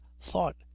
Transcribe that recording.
thought